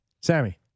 Sammy